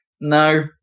no